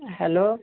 hello